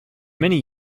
many